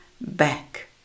back